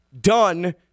done